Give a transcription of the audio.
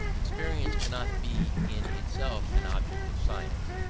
experience cannot be in itself an object of science,